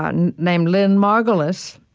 but and named lynn margulis,